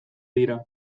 dira